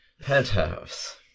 Penthouse